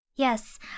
Yes